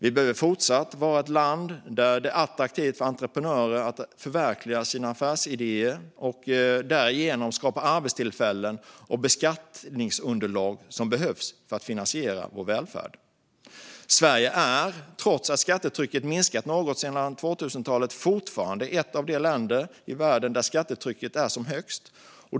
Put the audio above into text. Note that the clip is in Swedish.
Vi behöver fortsatt vara ett land där det är attraktivt för entreprenörer att förverkliga sina affärsidéer och därigenom skapa arbetstillfällen och beskattningsunderlag som behövs för att finansiera vår välfärd. Sverige är, trots att skattetrycket minskat något under 2000-talet, fortfarande ett av de länder i världen där skattetrycket är som högst.